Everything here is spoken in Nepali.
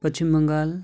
पश्चिम बङ्गाल